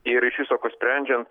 ir iš viso ko sprendžiant